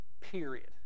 Period